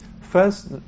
first